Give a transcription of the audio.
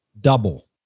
double